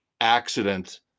accident